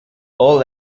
all